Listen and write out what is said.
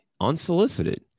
unsolicited